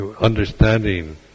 understanding